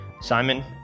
Simon